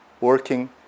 working